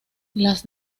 las